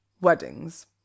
weddings